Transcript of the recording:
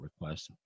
request